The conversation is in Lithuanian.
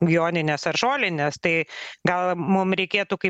joninės ar žolinės tai gal mum reikėtų kaip